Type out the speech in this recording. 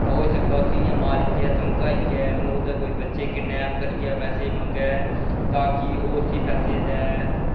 तां होई सकदा उस्सी मारियै ते मकाइयै ओह्दे कोई बच्चे किडनैप करियै पैहे मंगै तां कि ओह् उस्सी पैहे देऐ